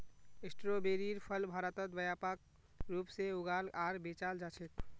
स्ट्रोबेरीर फल भारतत व्यापक रूप से उगाल आर बेचाल जा छेक